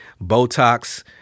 botox